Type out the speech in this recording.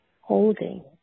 holding